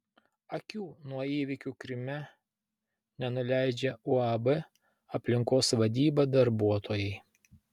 akių nuo įvykių kryme nenuleidžia uab aplinkos vadyba darbuotojai